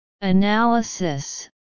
Analysis